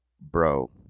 bro